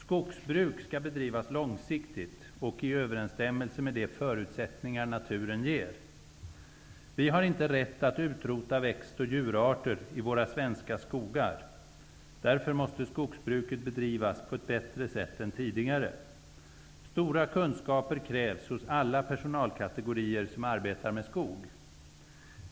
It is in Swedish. Skogsbruk skall bedrivas långsiktigt och i överensstämmelse med de förutsättningar naturen ger. Vi har inte rätt att utrota växt och djurarter i våra svenska skogar. Därför måste skogsbruket bedrivas på ett bättre sätt än tidigare. Stora kunskaper krävs hos alla personalkategorier som arbetar med skog.